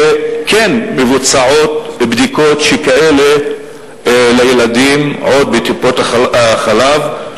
שכן מבוצעות בדיקות כאלה לילדים עוד בטיפות-החלב.